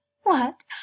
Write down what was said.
What